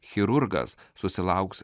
chirurgas susilauks